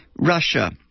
Russia